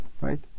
right